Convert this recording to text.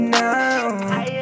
now